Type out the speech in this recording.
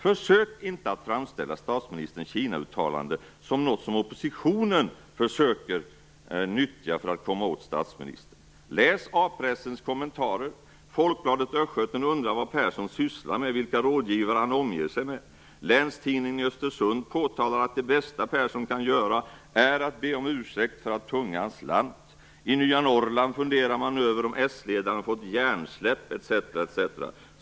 Försök inte att framställa statsministerns Kina-uttalande som något som oppositionen försöker nyttja för att komma åt statsministern! Läs A-pressens kommentarer! Folkbladet Östgöten undrar vad Persson sysslar med och vilka rådgivare som han omger sig med. Länstidningen i Östersund påtalar att det bästa som Persson kan göra är att be om ursäkt för att tungan slant. I Nya Norrland funderar man över om s-ledaren har fått hjärnsläpp etc.